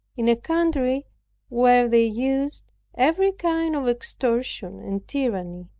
in a country where they used every kind of extortion and tyranny,